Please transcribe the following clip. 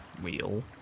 real